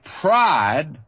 pride